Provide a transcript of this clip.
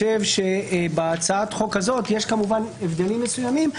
בהצעת החוק הזאת יש הבדלים מסוימים,